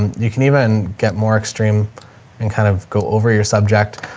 and you can even get more extreme and kind of go over your subject.